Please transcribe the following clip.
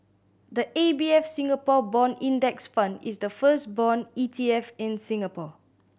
the A B F Singapore Bond Index Fund is the first bond E T F in Singapore